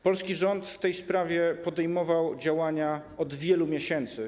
Polski rząd w tej sprawie podejmował działania od wielu miesięcy.